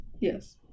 Yes